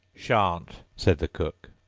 shan't, said the cook.